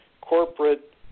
corporate